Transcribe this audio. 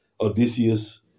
Odysseus